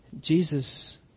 Jesus